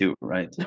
right